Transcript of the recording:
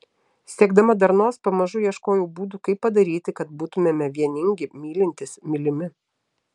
siekdama darnos pamažu ieškojau būdų kaip padaryti kad būtumėme vieningi mylintys mylimi